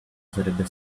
sarebbe